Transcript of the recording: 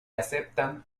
aceptan